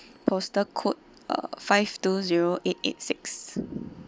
postal code uh five two zero eight eight six